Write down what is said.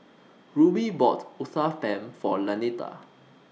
Rubie bought Uthapam For Lanita